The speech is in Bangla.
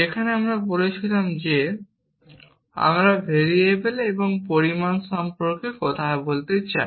যেখানে আমরা বলেছিলাম যে আমরা ভেরিয়েবল এবং পরিমাণ সম্পর্কে কথা বলতে পারি